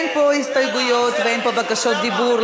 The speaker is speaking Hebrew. אין פה הסתייגויות ואין פה בקשות דיבור,